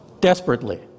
desperately